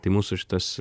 tai mūsų šitas